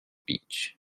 beach